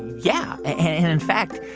yeah. and in fact,